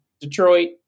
Detroit